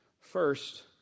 First